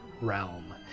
realm